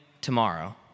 tomorrow